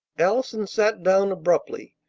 allison sat down abruptly,